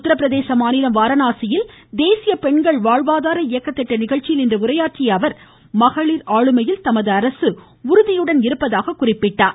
உத்தரப்பிரதேச மாநிலம் வாரணாசியில் தேசிய பெண்கள் வாழ்வாதார இயக்க திட்ட நிகழ்ச்சியில் இன்று உரையாற்றிய அவர் மகளிர் ஆளுமையில் தமது அரசு உறுதியுடன் இருப்பதாக குறிப்பிட்டார்